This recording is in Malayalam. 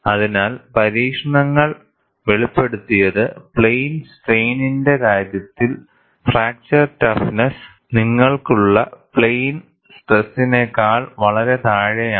അതിനാൽ പരീക്ഷണങ്ങൾ വെളിപ്പെടുത്തിയത് പ്ലെയിൻ സ്ട്രെയിനിന്റെ കാര്യത്തിൽ ഫ്രാക്ചർ ടഫ്നെസ്സ് നിങ്ങൾക്ക് ഉള്ള പ്ലെയിൻ സ്ട്രെസ്സിനേക്കാൾ വളരെ താഴെയാണ്